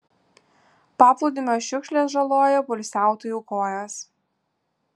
paplūdimio šiukšlės žaloja poilsiautojų kojas